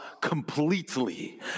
completely